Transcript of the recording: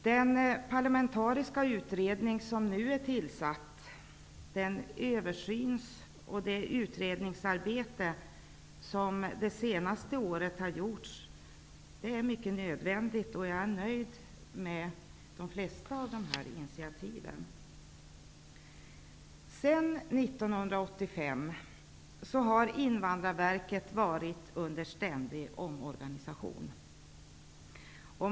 Den parlamentariska utredning som nu har tillsatts, den översyn och det utredningsarbete som har gjorts är mycket nödvändiga, och jag är nöjd med de flesta av initiativen. Sedan 1985 har Invandrarverket stått under ständig omorganisation.